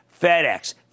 FedEx